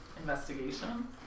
Investigation